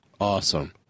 Awesome